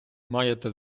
маєте